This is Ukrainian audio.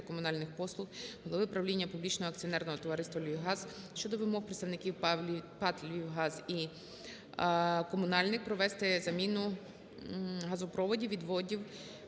комунальних послуг, голови правління публічного акціонерного товариства "Львівгаз" щодо вимог представників ПАТ "Львівгаз" і ПРБФ "Комунальник" провести заміну газопроводів - відводів